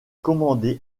commandé